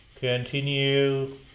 Continue